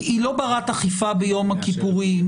היא לא ברת אכיפה ביום הכיפורים,